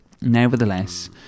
Nevertheless